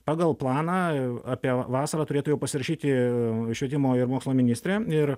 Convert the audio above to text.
pagal planą apie vasarą turėtų jau pasirašyti švietimo ir mokslo ministrė ir